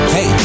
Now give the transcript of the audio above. Hey